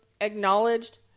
acknowledged